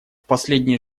последние